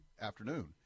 afternoon